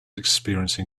experiencing